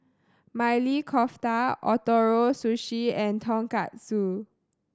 Maili Kofta Ootoro Sushi and Tonkatsu